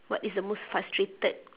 what is the most frustrated